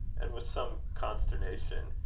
and with some consternation,